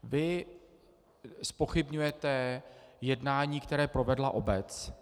Vy zpochybňujete jednání, které provedla obec.